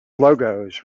logos